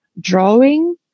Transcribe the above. drawing